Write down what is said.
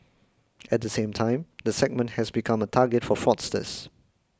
at the same time the segment has become a target for fraudsters